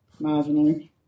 Marginally